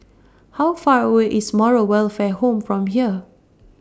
How Far away IS Moral Welfare Home from here